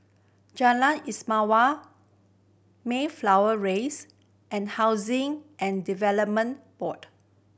Jalan Istimewa Mayflower Rise and Housing and Development Board